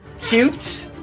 cute